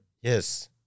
Yes